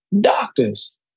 doctors